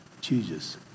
Jesus